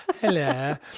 Hello